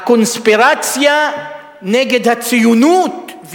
הקונספירציה נגד הציונות,